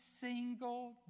single